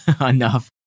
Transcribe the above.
enough